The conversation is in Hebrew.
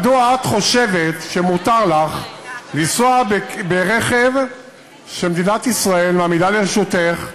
מדוע את חושבת שמותר לך לנסוע ברכב שמדינת ישראל מעמידה לרשותך,